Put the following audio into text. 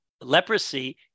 leprosy